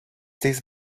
this